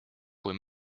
kui